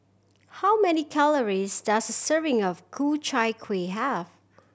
how many calories does a serving of Ku Chai Kueh have